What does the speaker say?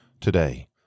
today